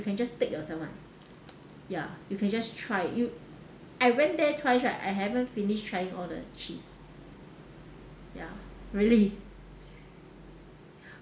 you can just take yourself [one] ya you can just try you I went there twice right I haven't finished trying all the cheese ya really